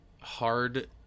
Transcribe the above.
Hard